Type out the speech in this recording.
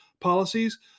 policies